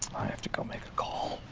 i have to go make a call.